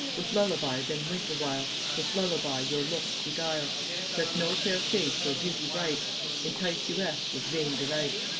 with lullaby then wink awhile, with lullaby your looks beguile let no fair face or beauty bright entice you eft with vain delight.